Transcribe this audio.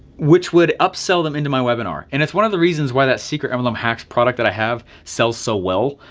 which would upsell them into my webinar. and it's one of the reasons why that secret mlm hacks product that i have sells so well,